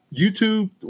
YouTube